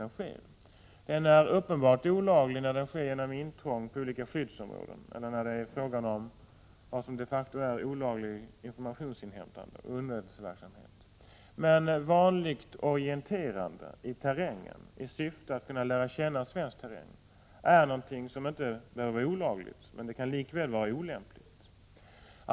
Verksamheten är uppenbart olaglig när den sker genom intrång på olika skyddsområden eller när det är fråga om olaglig informationsoch underrättelseverksamhet. Vanligt orienterande i terrängen i syfte att lära känna svensk terräng är inte olagligt, men det kan likväl vara olämpligt.